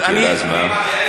אז מה?